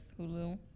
Hulu